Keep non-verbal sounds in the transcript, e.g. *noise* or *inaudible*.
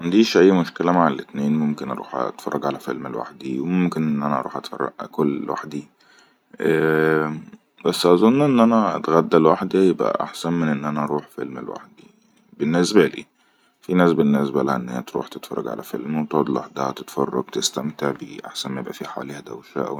معنديش اي مشكله مع الاتنين وممكن ان اروح اتفرج على فلم الوحدي وممكن اروح اكل وحدي ءءء *hesitation* بس اظن ان انا اتغدى الوحدي احسن من ان اروح فلم الوحدي بالنسبة لي في ناس بنسبالها تتفرج ع فيلم وطول لحظة اتفرج تستمتع بي احسن ما يبقى في حوليها دوشه